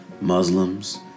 Muslims